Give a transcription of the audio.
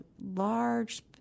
large